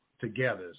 together